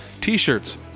T-shirts